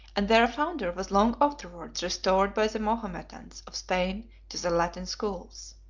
and their founder was long afterwards restored by the mahometans of spain to the latin schools.